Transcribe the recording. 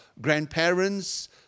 grandparents